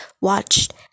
watched